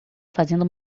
fazendo